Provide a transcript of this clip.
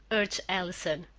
urged allison.